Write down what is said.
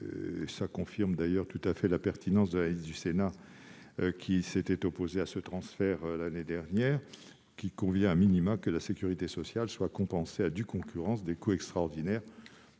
Cela confirme la pertinence de l'analyse du Sénat, qui s'était opposé à ce transfert l'année dernière. Il convient,, que la sécurité sociale soit compensée à due concurrence des coûts extraordinaires